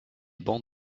bancs